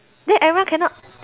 then everyone cannot